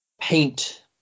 paint